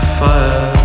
fire